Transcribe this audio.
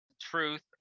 truth